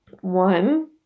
one